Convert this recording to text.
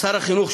על שר החינוך,